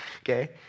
Okay